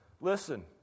Listen